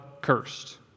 cursed